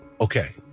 okay